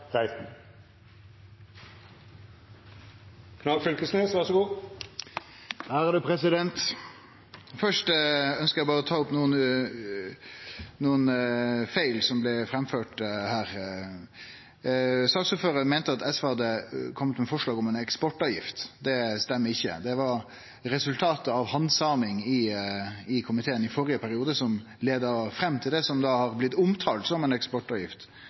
Først ønskjer eg berre å ta opp nokre feil som blei framførte her. Saksordføraren meinte at SV hadde kome med forslag om ei eksportavgift. Det stemmer ikkje. Det var resultatet av handsaming i komiteen i førre periode som førte til det som er blitt omtalt som ei eksportavgift,